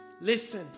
Listen